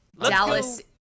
Dallas